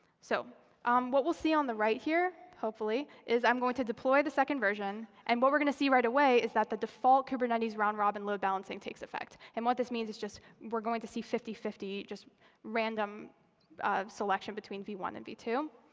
so what we'll see on the right here, hopefully, is i'm going to deploy the second version. and what we're going to see right away is that the default kubernetes round robin load balancing takes effect. and what this means is just we're going to see fifty fifty, just random selection between v one and v two.